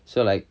so like